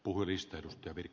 arvoisa puhemies